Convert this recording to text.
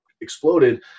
exploded